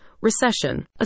Recession